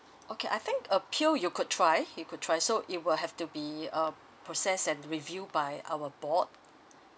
okay I think appeal you could try you could try so it will have to be uh processed and reviewed by our board